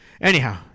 anyhow